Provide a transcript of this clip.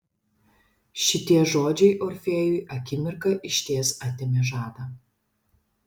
šitie žodžiai orfėjui akimirką išties atėmė žadą